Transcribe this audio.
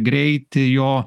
greitį jo